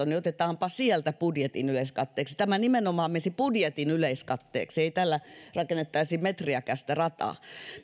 niin otetaanpa sieltä budjetin yleiskatteeksi tämä nimenomaan menisi budjetin yleiskatteeksi ei tällä rakennettaisi metriäkään sitä rataa